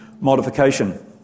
Modification